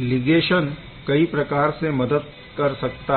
ligation कई प्रकार से मदद कर सकता है